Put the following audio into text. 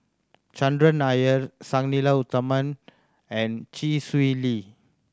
Chandran Nair Sang Nila Utama and Chee Swee Lee